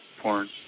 porn